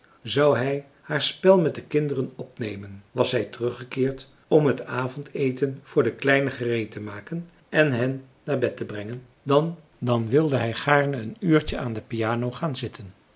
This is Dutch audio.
zou hij haar spel met de kinderen opnemen was zij teruggekeerd om het avondeten voor de kleinen gereedtemaken en hen naar bed te brengen dan wilde hij gaarne een uurtje aan de piano gaan zitten